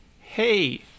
hey